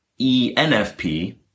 ENFP